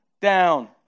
down